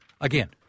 Again